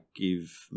give